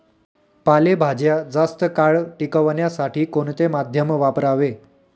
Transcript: पालेभाज्या जास्त काळ टिकवण्यासाठी कोणते माध्यम वापरावे?